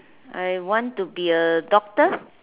I want to be a doctor